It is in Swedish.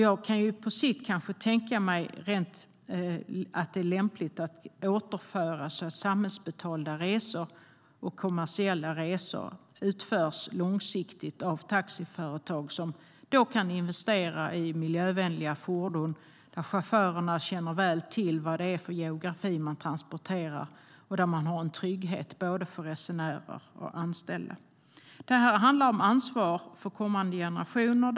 Jag kan på sikt kanske tänka mig att det är lämpligt att återföra samhällsbetalda resor och kommersiella resor och att de utförs långsiktigt av taxiföretag som då kan investera i miljövänliga fordon där chaufförerna väl känner till geografin och där man har en trygghet för både resenärer och anställda. Det här handlar om ansvar för kommande generationer.